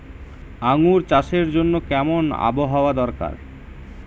আঙ্গুর চাষের জন্য কেমন আবহাওয়া দরকার?